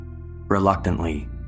Reluctantly